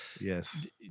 Yes